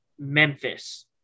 Memphis